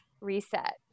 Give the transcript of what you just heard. reset